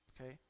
okay